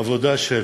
עבודה של